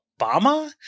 Obama